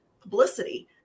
publicity